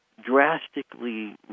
drastically